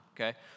Okay